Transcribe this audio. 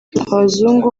abazungu